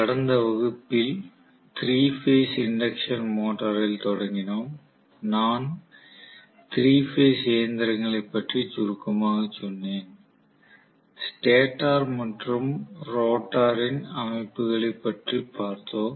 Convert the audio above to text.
கடந்த வகுப்பில் 3 phase induction மோட்டாரில் தொடங்கினோம் நான் 3 பேஸ் இயந்திரங்களை பற்றி சுருக்கமாக சொன்னேன் ஸ்டேட்டர் மற்றும் ரோட்டாரின் அமைப்புகளை பற்றி பார்த்தோம்